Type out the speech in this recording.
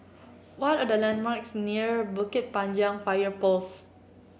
what are the landmarks near Bukit Panjang Fire Post